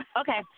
okay